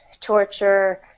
torture